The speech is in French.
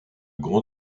grand